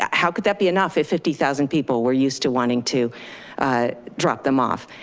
how could that be enough if fifty thousand people were used to wanting to drop them off?